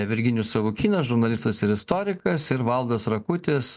virginijus savukynas žurnalistas ir istorikas ir valdas rakutis